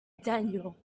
daniel